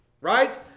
right